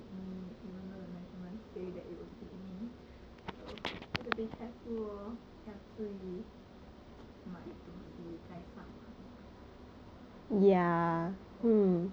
I get like the clothes all these is like don't fit me even though the measurement say that it will fit me so 注意买东西在上网